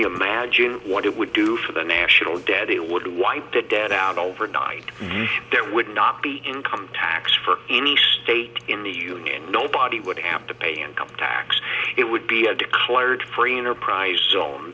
you imagine what it would do for the national debt it would wipe the debt out overnight that would not be income tax for any state in the union nobody would have to pay income tax it would be a declared free enterprise zone